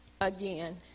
again